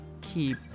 keep